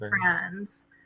friends